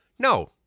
No